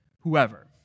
whoever